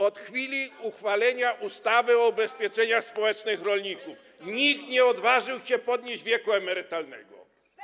Od chwili uchwalenia ustawy o ubezpieczeniach społecznych rolników nikt nie odważył się podnieść wieku emerytalnego.